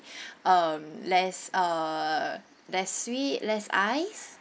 um less uh less sweet less ice